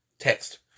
text